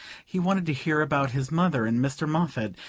he wanted to hear about his mother and mr. moffatt,